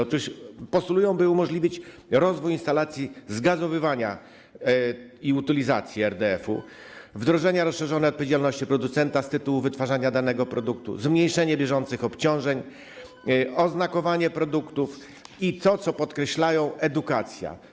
Otóż postulują oni, by umożliwić rozwój instalacji zgazowywania i utylizację RDF-u, wdrożenie rozszerzonej odpowiedzialności producenta z tytułu wytwarzania danego produktu, zmniejszenie bieżących obciążeń, oznakowanie produktów i, co podkreślają, edukację.